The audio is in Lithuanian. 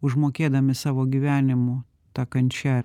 užmokėdami savo gyvenimu ta kančia